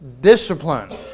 discipline